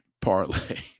parlay